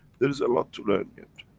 there is a lot to learn yet.